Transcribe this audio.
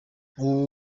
ubu